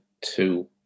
two